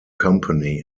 company